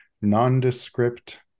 nondescript